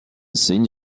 saint